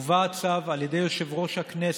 יובא הצו על ידי יושב-ראש הכנסת,